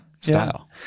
style